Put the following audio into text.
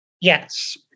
Yes